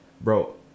Bro